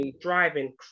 driving